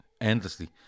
Endlessly